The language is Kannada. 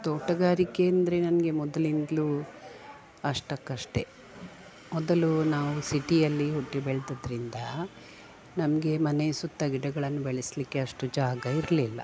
ತೋಟಗಾರಿಕೆ ಅಂದರೆ ನನಗೆ ಮೊದಲಿಂದಲೂ ಅಷ್ಟಕ್ಕಷ್ಟೇ ಮೊದಲು ನಾವು ಸಿಟಿಯಲ್ಲಿ ಹುಟ್ಟಿ ಬೆಳೆದದ್ರಿಂದ ನಮಗೆ ಮನೆಯ ಸುತ್ತ ಗಿಡಗಳನ್ನು ಬೆಳೆಸಲಿಕ್ಕೆ ಅಷ್ಟು ಜಾಗ ಇರಲಿಲ್ಲ